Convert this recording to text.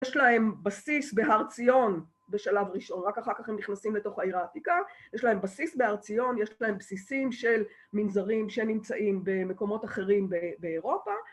‫יש להם בסיס בהר ציון בשלב ראשון, ‫רק אחר כך הם נכנסים לתוך העיר העתיקה. ‫יש להם בסיס בהר ציון, יש להם בסיסים ‫של מנזרים שנמצאים במקומות אחרים באירופה.